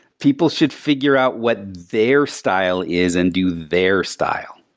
people should figure out what their style is and do their style.